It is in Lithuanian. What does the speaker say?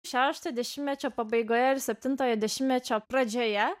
šeštojo dešimtmečio pabaigoje ir septintojo dešimtmečio pradžioje